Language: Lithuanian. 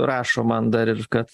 rašo man dar ir kad